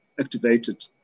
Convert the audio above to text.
activated